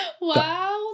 Wow